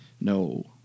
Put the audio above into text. No